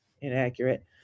inaccurate